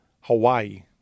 Hawaii